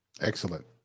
Excellent